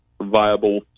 viable –